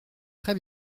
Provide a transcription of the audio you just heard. très